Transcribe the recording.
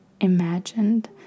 imagined